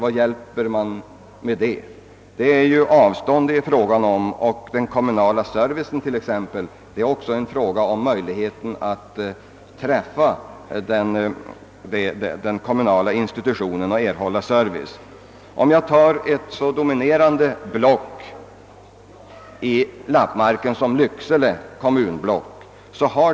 I dessa områden med de stora avstånden är den kommunala servicen en fråga om möjligheterna för invånarna att få kontakt med de kommunala institutionerna. Jag kan som exempel ta ett i Västerbottens lappmark så dominerande block som Lycksele kommunblock.